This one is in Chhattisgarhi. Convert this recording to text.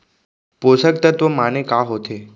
पोसक तत्व माने का होथे?